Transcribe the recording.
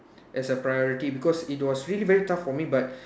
as a priority because it was really very tough for me but